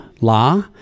La